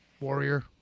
warrior